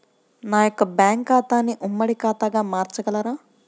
నా యొక్క బ్యాంకు ఖాతాని ఉమ్మడి ఖాతాగా మార్చగలరా?